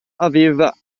aveva